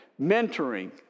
mentoring